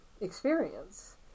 experience